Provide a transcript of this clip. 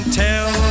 tell